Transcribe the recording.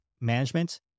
management